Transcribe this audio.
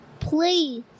please